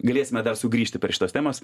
galėsime dar sugrįžti prie šitos temos